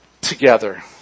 together